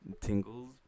tingles